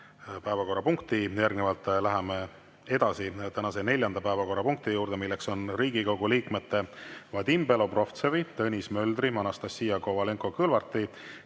päevakorrapunkti. Järgnevalt läheme tänase neljanda päevakorrapunkti juurde. Riigikogu liikmete Vadim Belobrovtsevi, Tõnis Möldri, Anastassia Kovalenko-Kõlvarti